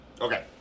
Okay